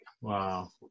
Wow